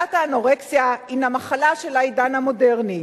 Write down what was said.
מחלת האנורקסיה הינה מחלה של העידן המודרני.